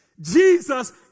Jesus